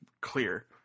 clear